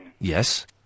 Yes